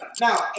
Now